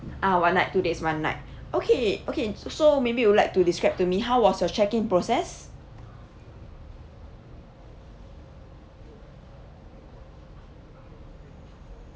ah one night two days one night okay okay so maybe you'd like to describe to me how was your check in process